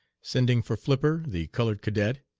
sending for flipper, the colored cadet,